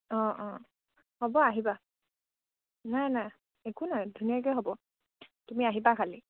অঁ অঁ হ'ব আহিবা নাই নাই একো নাই ধুনীয়াকে হ'ব তুমি আহিবা খালী